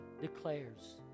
declares